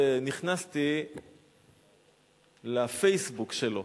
ונכנסתי ל"פייסבוק" שלו,